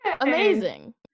amazing